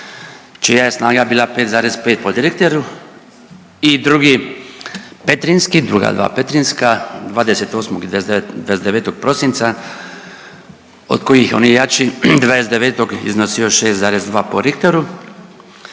čija je snaga bila 5,5 po Richteru i drugi petrinjski, druga dva petrinjska 28. i 29. prosinca od kojih onaj jači 29. iznosio 6,2 po Richteru.